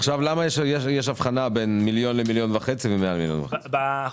למה יש הבחנה בין מיליון שקל ל-1.5 מיליון שקל ומעל 1.5 מיליון שקל?